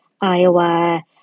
Iowa